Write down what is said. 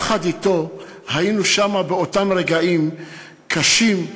יחד אתו היינו שם באותם רגעים קשים.